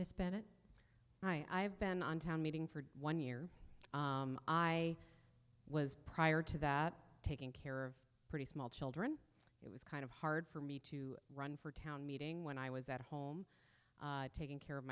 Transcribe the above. miss bennett i have been on town meeting for one year i was prior to that taking care of pretty small children it was kind of hard for me to run for town meeting when i was at home taking care of